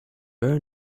very